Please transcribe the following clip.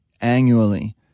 annually